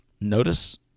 notice